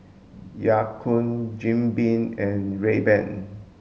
Ya Kun Jim Beam and Rayban